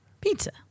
pizza